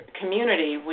community